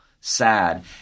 Sad